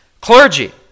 clergy